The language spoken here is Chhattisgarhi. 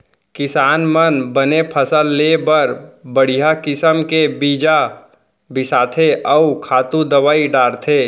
किसान मन बने फसल लेय बर बड़िहा किसम के बीजा बिसाथें अउ खातू दवई डारथें